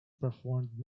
performed